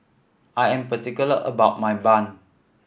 I am particular about my bun